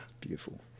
Beautiful